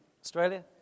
Australia